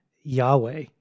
Yahweh